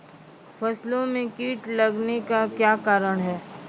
फसलो मे कीट लगने का क्या कारण है?